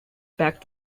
back